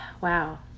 wow